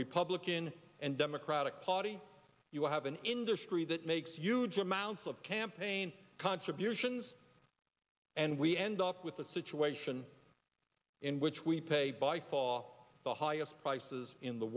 republican and democratic party you have an industry that makes huge amounts of campaign contributions and we end up with a situation in which we pay by fall the highest prices in the